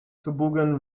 toboggan